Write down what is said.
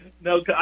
No